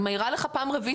אני מעירה לך פעם רביעית,